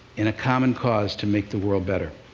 in a common cause to make the world better.